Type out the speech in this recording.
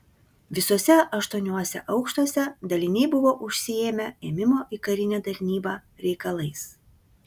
visuose aštuoniuose aukštuose daliniai buvo užsiėmę ėmimo į karinę tarnybą reikalais